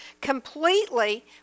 completely